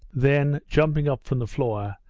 then, jumping up from the floor,